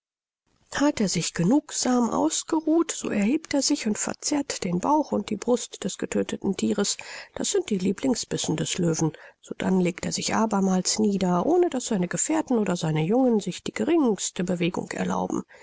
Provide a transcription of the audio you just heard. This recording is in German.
hat er sich genugsam ausgeruht so erhebt er sich und verzehrt den bauch und die brust des getödteten thieres das sind die lieblingsbissen des löwen sodann legt er sich abermals nieder ohne daß seine gefährten oder seine jungen sich die geringste bewegung erlauben